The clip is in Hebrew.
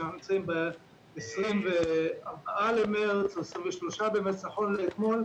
23 במרץ נכון לאתמול,